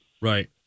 Right